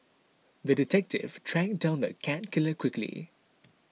the detective tracked down the cat killer quickly